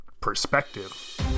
perspective